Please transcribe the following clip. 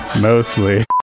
Mostly